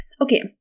Okay